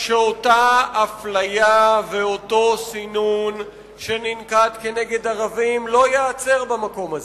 שאותה אפליה ואותו סינון שננקטו נגד ערבים לא ייעצרו במקום הזה.